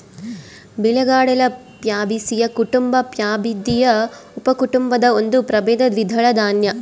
ಬಿಳಿಗಡಲೆ ಪ್ಯಾಬೇಸಿಯೀ ಕುಟುಂಬ ಪ್ಯಾಬಾಯ್ದಿಯಿ ಉಪಕುಟುಂಬದ ಒಂದು ಪ್ರಭೇದ ದ್ವಿದಳ ದಾನ್ಯ